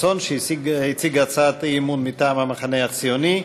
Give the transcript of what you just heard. שהציג הצעת אי-אמון מטעם המחנה הציוני.